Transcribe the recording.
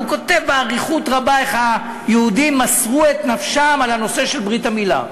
הוא כותב באריכות רבה איך היהודים מסרו את נפשם על ברית המילה.